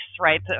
right